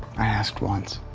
i asked once.